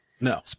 No